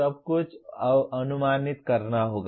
सब कुछ अनुमानित करना होगा